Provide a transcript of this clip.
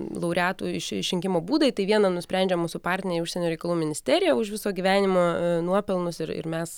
laureatų iš išrinkimo būdai tai vieną nusprendžia mūsų partneriai užsienio reikalų ministerija už viso gyvenimo nuopelnus ir ir mes